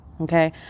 okay